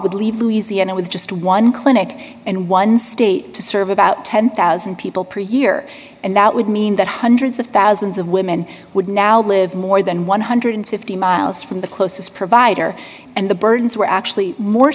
would leave louisiana with just one clinic and one state to serve about ten thousand dollars people per year and that would mean that hundreds of thousands of women would now live more than one hundred and fifty miles from the closest provider and the burdens were actually more